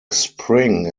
spring